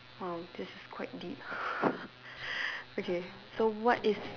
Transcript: !wow! this is quite deep okay so what is